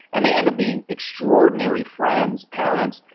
and they end up being extraordinary friends, parents,